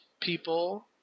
people